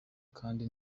kandi